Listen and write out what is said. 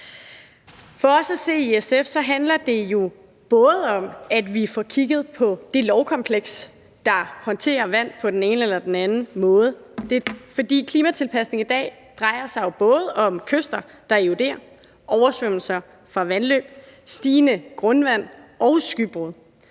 For os at se i SF handler det jo om, at vi får kigget på det lovkompleks, der håndterer vand på den ene eller den anden måde. For klimatilpasning i dag drejer sig jo både om kyster, der eroderer, oversvømmelser fra vandløb, stigende grundvand og skybrud.